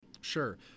Sure